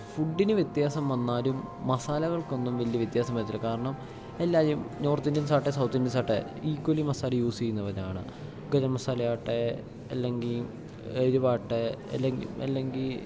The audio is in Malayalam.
ഫുഡിന് വ്യത്യാസം വന്നാലും മസാലകൾക്കൊന്നും വലിയ വ്യത്യാസം വരത്തില്ല കാരണം എല്ലാവരും നോർത്ത് ഇന്ത്യൻസാവട്ടെ സൗത്ത് ഇന്ത്യൻസാവട്ടെ ഈക്വലി മസാല യൂസ് ചെയ്യുന്നവരാണ് ഗരംമസാലയാട്ടേ അല്ലെങ്കിൽ എരുവാകട്ടെ അല്ലെങ്കിൽ അല്ലെങ്കിൽ